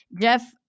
Jeff